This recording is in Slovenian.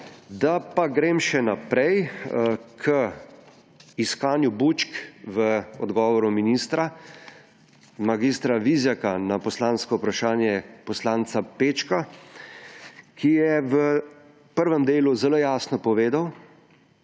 Da pa grem še naprej k iskanju bučk v odgovoru ministra mag. Vizjaka na poslansko vprašanje poslanca Pečka, ki je v prvem delu zelo jasno povedal